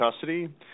custody